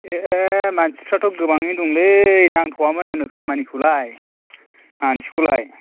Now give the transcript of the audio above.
ए मानसिफोराथ' गोबाङैनो दंलै नांथ'वामोन आंनो खामानियाव मानसिखौलाय